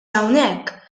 hawnhekk